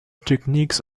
techniques